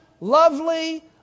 lovely